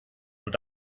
und